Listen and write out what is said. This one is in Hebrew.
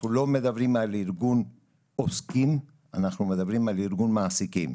אנחנו לא מדברים על ארגון עוסקים אלא על ארגון מעסיקים.